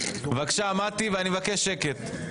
בבקשה, מטי, ואני מבקש שקט.